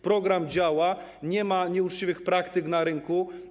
Program więc działa, nie ma nieuczciwych praktyk na rynku.